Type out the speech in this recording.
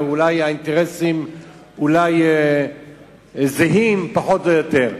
אולי האינטרסים זהים פחות או יותר,